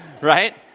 right